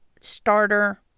starter